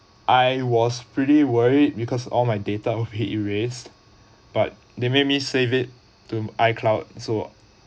I was pretty worried because all my data will be erased but they made me save it to icloud so